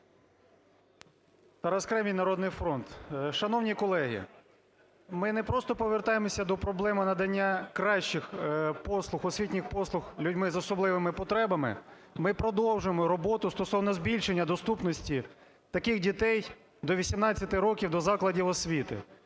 Тарас Кремінь, "Народний фронт". Шановні колеги, ми не просто повертаємося до проблеми надання кращих послуг, освітніх послуг людьми з особливими потребами, ми продовжимо роботу стосовно збільшення доступності таких дітей до 18 років до закладів освіти.